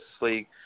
League